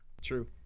true